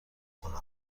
کنم